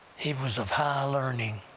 he was of high learning,